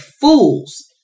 fools